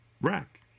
rack